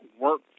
work